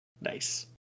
Nice